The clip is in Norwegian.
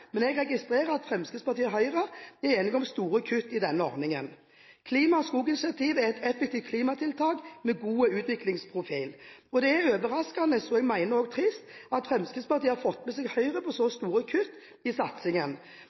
men jeg registrerer at Fremskrittspartiet og Høyre er enige om store kutt i denne ordningen. Klima- og skoginitiativet er et effektivt klimatiltak med god utviklingsprofil. Det er overraskende og trist at Fremskrittspartiet har fått med seg Høyre på så store kutt i satsingen.